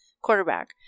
quarterback